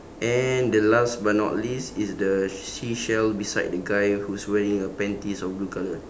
and the last but not least is the seashell beside the guy who's wearing a panties of blue colour